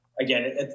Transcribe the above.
Again